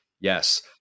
Yes